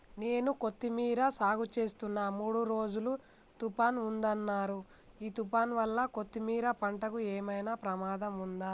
నేను కొత్తిమీర సాగుచేస్తున్న మూడు రోజులు తుఫాన్ ఉందన్నరు ఈ తుఫాన్ వల్ల కొత్తిమీర పంటకు ఏమైనా ప్రమాదం ఉందా?